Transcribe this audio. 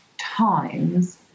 times